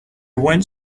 went